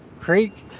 Creek